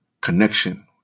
connection